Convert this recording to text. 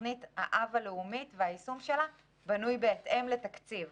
תוכנית האב הלאומית והיישום שלה בנויים בהתאם לתקציב,